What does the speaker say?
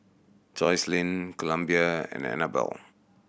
Jocelyne Columbia and Annabelle